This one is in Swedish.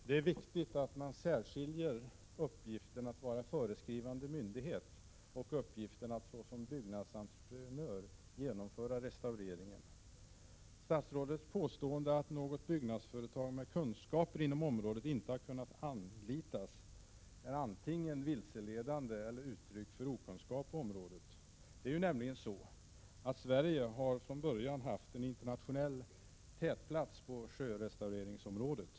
Herr talman! Det är viktigt att man särskiljer uppgiften att vara föreskrivande myndighet och uppgiften att såsom byggnadsentreprenör genomföra restaureringen. Statsrådets påstående att något byggnadsföretag med kunskaper inom området inte har kunnat anlitas är antingen avsiktligt vilseledande eller uttryck för okunskap på området. Sverige har nämligen från början haft en internationell tätplats på sjörestaureringsområdet.